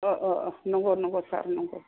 अ अ नंगौ नंगौ सार नंगौ